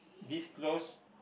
this close